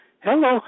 Hello